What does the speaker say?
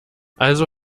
also